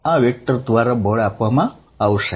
આ વેક્ટર દ્વારા બળ આપવામાં આવશે